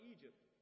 Egypt